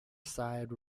side